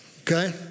Okay